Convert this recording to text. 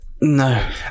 No